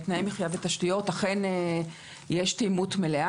ותשתיות, אכן יש תאימות מלאה.